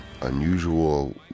unusual